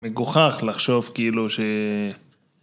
‫מגוחך לחשוב כאילו ש...